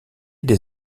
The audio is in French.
des